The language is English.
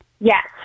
Yes